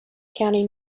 county